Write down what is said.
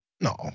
no